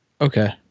okay